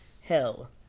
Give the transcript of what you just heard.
Hell